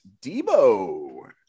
debo